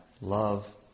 love